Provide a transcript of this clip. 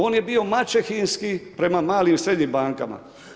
On je bio maćehinski prema malim i srednjim bankama.